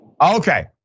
Okay